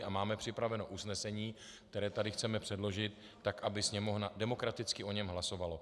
A máme připraveno usnesení, které tady chceme předložit tak, aby Sněmovna demokraticky o něm hlasovala.